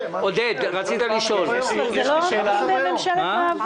יש לי שאלה לנציג של קופת החולים.